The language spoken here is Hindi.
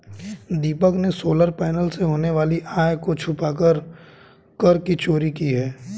दीपक ने सोलर पैनल से होने वाली आय को छुपाकर कर की चोरी की है